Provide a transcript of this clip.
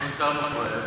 אנחנו נזכרנו בהם,